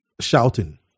shouting